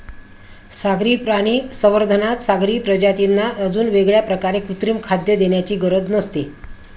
सागरी प्राणी संवर्धनात सागरी प्रजातींना अजून वेगळ्या प्रकारे कृत्रिम खाद्य देण्याची गरज नसते